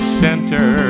center